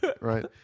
right